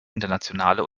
internationale